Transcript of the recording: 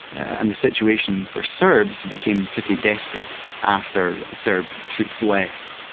and the situation for serbs became pretty desperate after the serb troops left.